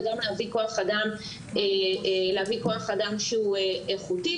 וגם להביא כוח אדם שהוא איכותי,